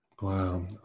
Wow